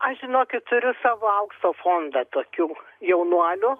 aš žinokit turiu savo aukso fondą tokių jaunuolių